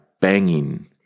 banging